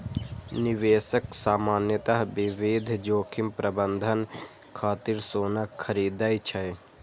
निवेशक सामान्यतः विविध जोखिम प्रबंधन खातिर सोना खरीदै छै